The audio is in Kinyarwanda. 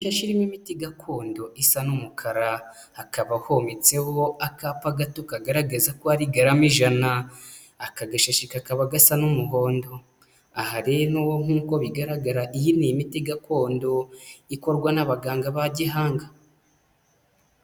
Ishashi rimo imiti gakondo isa n'umukara, hakaba hometseho akapa gato kagaragaza ko ari garama ijana, aka gashishi kakaba gasa n'umuhondo, aha rero nk'uko bigaragara iyi ni imiti gakondo ikorwa n'abaganga ba gihanga.